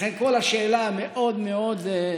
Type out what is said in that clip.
לכן השאלה המאוד-מאוד,